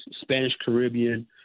Spanish-Caribbean